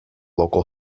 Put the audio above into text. local